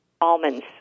almonds